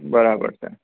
બરાબર છે